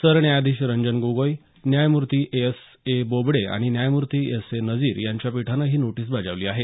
सरन्यायाधीश रंजन गोगोई न्यायमूर्ती S A Bobde आणि न्यायमूर्ती एस ए नजीर यांच्या पीठानं ही नोटीस बजावली आहे